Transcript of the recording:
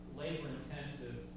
labor-intensive